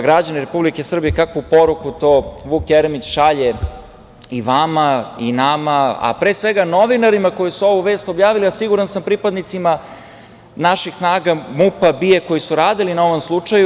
Građani Republike Srbije, kakvu poruku to Vuk Jeremić šalje i vama i nama, a pre svega novinarima koji su ovu vest objavili, a siguran sam pripadnicima naših snaga MUP-a, BIA koji su radili na ovom slučaju?